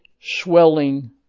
swelling